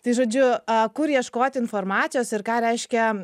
tai žodžiu a kur ieškoti informacijos ir ką reiškia